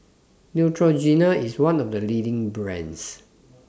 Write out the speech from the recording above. Neutrogena IS one of The leading brands